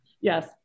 Yes